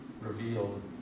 revealed